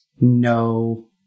No